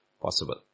possible